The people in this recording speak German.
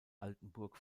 altenburg